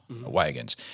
wagons